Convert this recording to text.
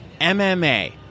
MMA